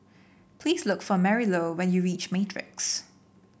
please look for Marylou when you reach Matrix